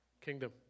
Kingdom